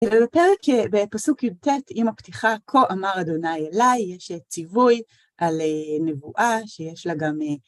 אלא יותר בפסוק יט, עם הפתיחה: כה אמר ה' אליי, יש ציווי על נבואה שיש לה גם